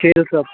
खेलसब